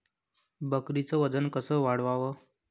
बकरीचं वजन कस वाढवाव?